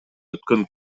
өткөн